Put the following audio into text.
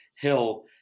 hill